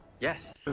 Yes